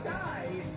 die